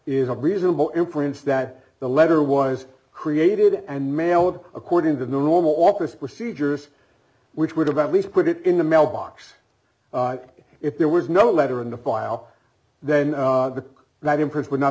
is a reasonable inference that the letter was created and mail it according to the normal office procedures which would have at least put it in the mailbox if there was no letter in the file then that imprint would not